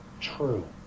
True